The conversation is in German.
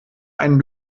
ein